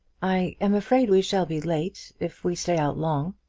i am afraid we shall be late, if we stay out long.